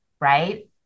right